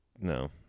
No